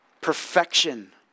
Perfection